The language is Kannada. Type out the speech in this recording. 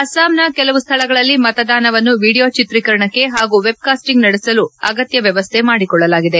ಅಸ್ಖಾಂನ ಕೆಲವು ಸ್ಡಳಗಳಲ್ಲಿ ಮತದಾನವನ್ನು ವಿಡಿಯೋ ಚಿತ್ರೀಕರಣಕ್ಕೆ ಹಾಗೂ ವೆಬ್ ಕಾಸ್ಚಿಂಗ್ ನಡೆಸಲು ಅಗತ್ಯ ವ್ಯವಸ್ಥೆ ಮಾಡಿಕೊಳ್ಳಲಾಗಿದೆ